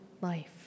life